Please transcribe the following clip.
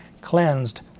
cleansed